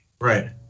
Right